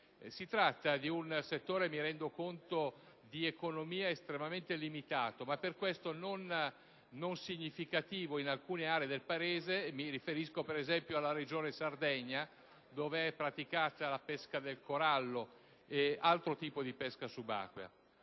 si tratta di un settore di economia estremamente limitato, ma non per questo poco significativo in alcune aree del Paese, e mi riferisco, per esempio, alla Sardegna, dove è praticata la pesca del corallo e altro tipo di pesca subacquea.